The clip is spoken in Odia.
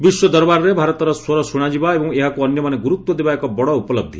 ବିଶ୍ୱ ଦରବାରରେ ଭାରତର ସ୍ୱର ଶୁଣାଯିବା ଏବଂ ଏହାକୁ ଅନ୍ୟମାନେ ଗୁରୁତ୍ୱ ଦେବା ଏକ ବଡ଼ ଉପଲହି